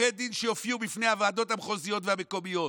עורכי דין שיופיעו בפני הוועדות המחוזיות והמקומיות.